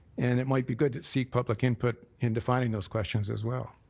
and it might be good to seek public input in defining those questions as well.